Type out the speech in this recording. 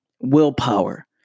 willpower